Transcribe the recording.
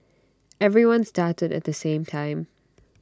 everyone started at the same time